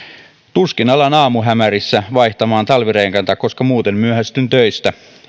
tuskin alan aamuhämärissä vaihtamaan talvirenkaita koska silloin myöhästyn töistä